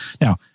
now